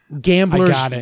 gambler's